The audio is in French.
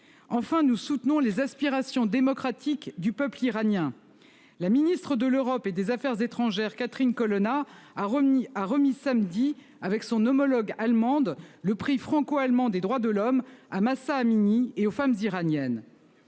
Enfin, nous soutenons les aspirations démocratiques du peuple iranien la Ministre de l'Europe et des Affaires étrangères Catherine Colonna a remis a remis samedi avec son homologue allemande le Prix franco-allemand des droits de l'homme. Ah Mahsa Amini et aux femmes iraniennes.